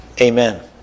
Amen